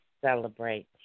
celebrate